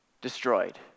destroyed